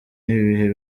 n’ibihe